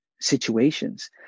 situations